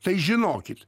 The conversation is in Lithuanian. tai žinokit